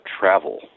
travel